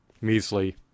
measly